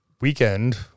weekend